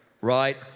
right